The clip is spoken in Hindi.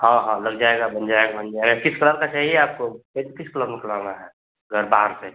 हाँ हाँ लग जाएगा बन जाएगा बन जाएगा किस तरह का चाहिए आपको पेन्ट किस कलर में कराना है घर बाहर से